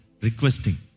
requesting